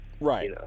Right